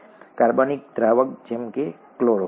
કાર્બનિક દ્રાવક જેમ કે ક્લોરોફોર્મ